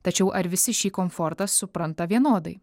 tačiau ar visi šį komfortą supranta vienodai